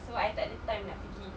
so I takde time nak pergi